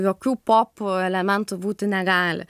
jokių pop elementų būti negali